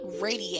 radiate